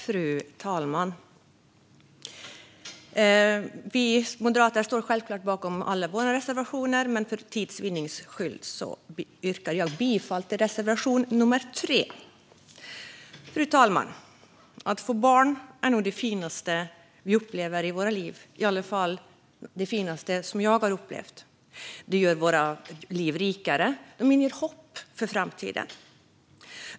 Fru talman! Vi moderater står självklart bakom alla våra reservationer, men för tids vinning yrkar jag bifall endast till reservation 3. Fru talman! Att få barn är nog det finaste vi upplever i våra liv. Det är i alla fall det finaste jag har upplevt. Barn gör våra liv rikare och inger hopp för framtiden.